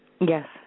Yes